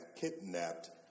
kidnapped